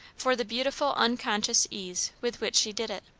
for the beautiful unconscious ease with which she did it.